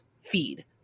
feed